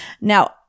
Now